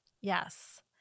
yes